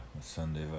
Sunday